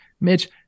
Mitch